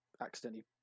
accidentally